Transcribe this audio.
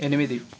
ఎనిమిది